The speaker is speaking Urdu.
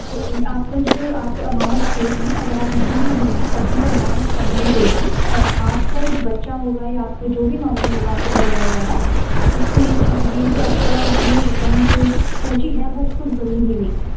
جو آپ کا جو آپ اماؤنٹ پے کیے اگر آپ نہیں بھی ہوں گی تب بھی وہ اماؤنٹ کمپنی دے گی اور آپ کا جو بچہ ہوگا یا آپ کا جو بھی نامنی ہوگا آپ کے پریوار والا اس کو یہ یہ جو آپ کا آپ نے رقم جو ایک سوچی ہے وہ اس کو ضرور ملے گی